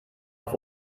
auf